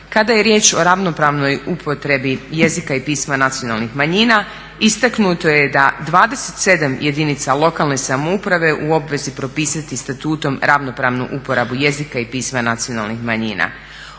Kada je riječ o ravnopravnoj upotrebi jezika i pisma nacionalnih manjina istaknuto je da 27 jedinica lokalne samouprave je u obvezi propisati statutom ravnopravnu uporabu jezika i pisma nacionalnih manjina.